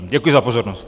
Děkuji za pozornost.